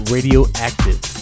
Radioactive